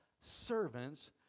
servants